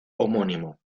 homónimo